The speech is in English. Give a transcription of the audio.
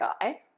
guy